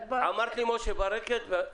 אמרת לי משה ברקת,